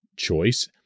choice